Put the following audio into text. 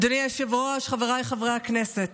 אדוני היושב-ראש, חבריי חברי הכנסת,